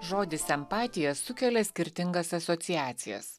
žodis empatija sukelia skirtingas asociacijas